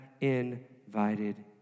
invited